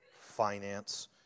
finance